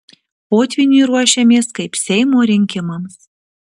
potvyniui ruošiamės kaip seimo rinkimams